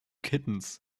kittens